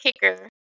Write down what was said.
kicker